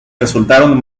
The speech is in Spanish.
resultaron